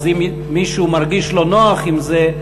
אז אם מישהו מרגיש לא נוח עם זה,